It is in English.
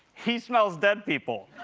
he smells dead people.